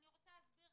אסביר: